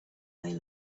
they